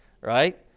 right